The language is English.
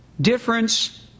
Difference